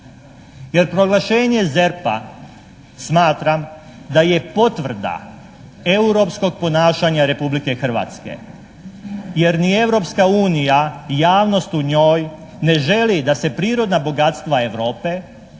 Jer proglašenje ZERP-a smatram da je potvrda europskog ponašanja Republike Hrvatske, jer ni Europska unija, javnost u njoj ne želi da se prirodna bogatstva Europe,